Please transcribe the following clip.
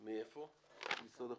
אני ממשרד החוץ,